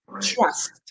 Trust